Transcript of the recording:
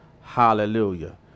Hallelujah